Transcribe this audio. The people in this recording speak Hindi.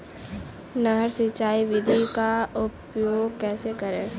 नहर सिंचाई विधि का उपयोग कैसे करें?